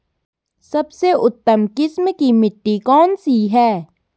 सबसे उत्तम किस्म की मिट्टी कौन सी है?